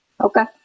Okay